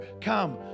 come